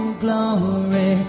glory